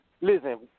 Listen